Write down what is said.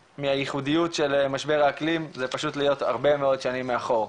מהייחודיות של משבר האקלים זה פשוט להיות הרבה מאוד שנים מאחור,